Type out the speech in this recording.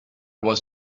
was